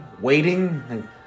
waiting